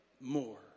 more